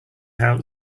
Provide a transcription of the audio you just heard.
out